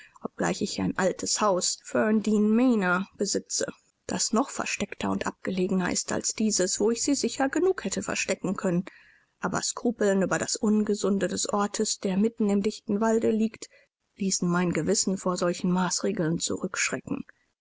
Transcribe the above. obgleich ich ein altes haus ferndean manor besitze das noch versteckter und abgelegener ist als dieses wo ich sie sicher genug hätte verstecken können aber skrupeln über das ungesunde des ortes der mitten im dichten walde liegt ließen mein gewissen vor solchen maßregeln zurückschrecken